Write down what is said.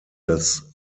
das